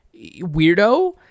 weirdo